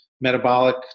metabolic